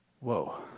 Whoa